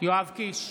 יואב קיש,